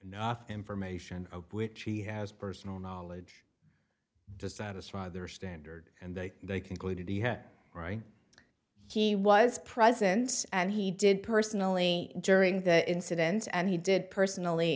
enough information which he has personal knowledge to satisfy their standard and they concluded he had all right he was presence and he did personally during the incident and he did personally